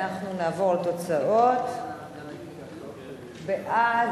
אנחנו נעבור לתוצאות: בעד,